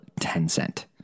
Tencent